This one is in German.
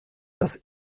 das